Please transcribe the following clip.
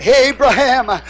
Abraham